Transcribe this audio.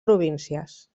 províncies